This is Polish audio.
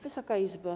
Wysoka Izbo!